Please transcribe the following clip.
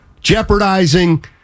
jeopardizing